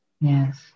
Yes